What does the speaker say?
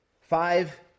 Five